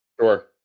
Sure